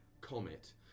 comet